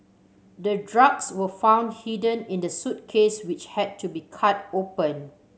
the drugs were found hidden in the suitcase which had to be cut open